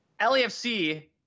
LAFC